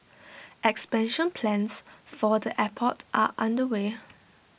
expansion plans for the airport are underway